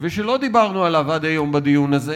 ושלא דיברנו עליו עד היום בדיון הזה,